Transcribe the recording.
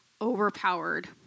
overpowered